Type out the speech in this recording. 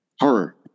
horror